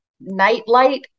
nightlight